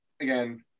Again